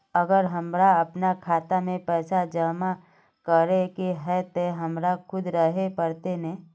अगर हमर अपना खाता में पैसा जमा करे के है ते हमरा खुद रहे पड़ते ने?